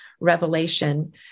revelation